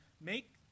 make